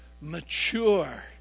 mature